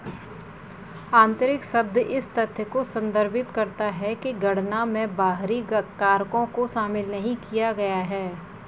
आंतरिक शब्द इस तथ्य को संदर्भित करता है कि गणना में बाहरी कारकों को शामिल नहीं किया गया है